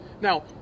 Now